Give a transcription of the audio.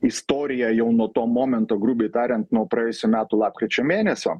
istoriją jau nuo to momento grubiai tariant nuo praėjusių metų lapkričio mėnesio